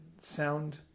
sound